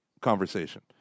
conversation